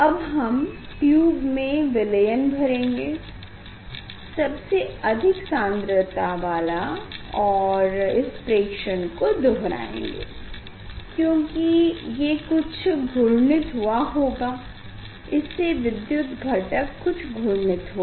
अब हम ट्यूब में विलयन भरेंगे सबसे अधिक सान्द्रता वाला और इस प्रेक्षण को दोहराएँगे क्योंकि अब ये कुछ घूर्णित हुआ होगा इससे विद्युत घटक कुछ घूर्णित होगा